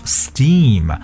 steam